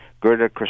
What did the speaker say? Gerda